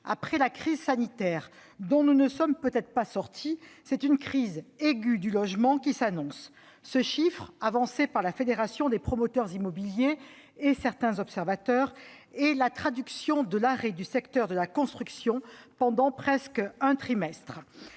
Après la crise sanitaire, dont nous ne sommes peut-être pas sortis, c'est une crise aiguë du logement qui s'annonce. Ce chiffre, avancé par la Fédération des promoteurs immobiliers de France et certains observateurs, s'explique par l'arrêt du secteur de la construction pendant presque un trimestre.